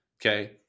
Okay